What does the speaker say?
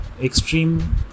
extreme